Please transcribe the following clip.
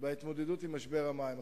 בהתמודדות עם משבר המים.